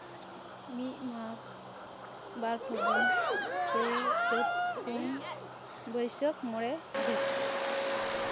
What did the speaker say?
ᱢᱤᱫ ᱢᱟᱜᱽ ᱵᱟᱨ ᱯᱷᱟᱹᱜᱩᱱ ᱯᱮ ᱪᱟᱹᱛ ᱯᱩᱱ ᱵᱟᱹᱭᱥᱟᱹᱠᱷ ᱢᱚᱬᱮ ᱡᱷᱮᱸᱴ